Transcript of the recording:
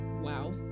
wow